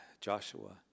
Joshua